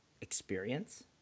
experience